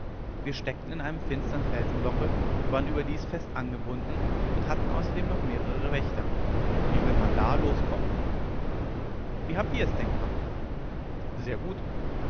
wir steckten in einem finstern felsenloche waren überdies fest angebunden und hatten außerdem noch mehrere wächter wie will man da loskommen wie habt denn ihr es gehabt sehr gut